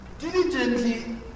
diligently